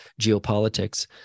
geopolitics